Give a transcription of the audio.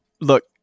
look